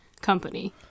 company